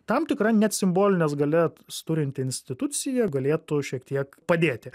tam tikra net simbolines galias turinti institucija galėtų šiek tiek padėti